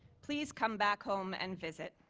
please come back home and visit.